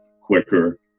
quicker